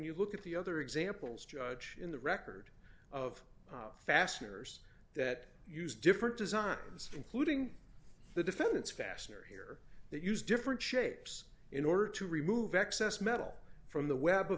you look at the other examples judge in the record of fasteners that use different designs including the defendant's fastener here they use different shapes in order to remove excess metal from the web of